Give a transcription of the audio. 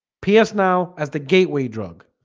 ps now as the gateway drug